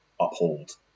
uphold